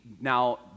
now